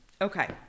Okay